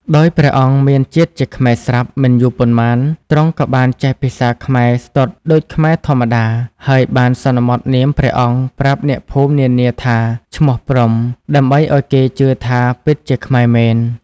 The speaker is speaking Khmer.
ដោយព្រះអង្គមានជាតិជាខ្មែរស្រាប់ មិនយូរប៉ុន្មាន ទ្រង់ក៏បានចេះភាសាខ្មែរស្ទាត់ដូចខ្មែរធម្មតា ហើយបានសន្មតនាមព្រះអង្គប្រាប់អ្នកភូមិនានាថាឈ្មោះ ព្រហ្មដើម្បីឲ្យគេជឿថាពិតជាខ្មែរមែន ។